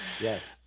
Yes